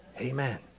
Amen